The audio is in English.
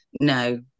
No